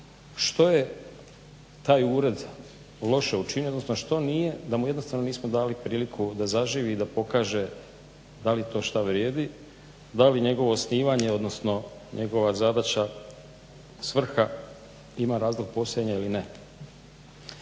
što je taj ured loše učinio, odnosno što nije da mu jednostavno nismo dali priliku da zaživi i da pokaže da li što to vrijedi, da li njegovo osnivanje, odnosno njegova zadaća, svrha ima razlog postojanja ili ne.